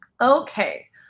okay